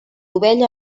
ovella